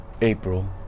April